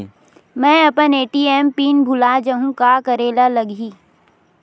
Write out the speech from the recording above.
मैं अपन ATM pin भुला जहु का करे ला लगही?